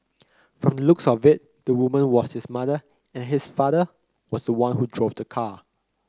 from the looks of it the woman was his mother and his father was the one who drove the car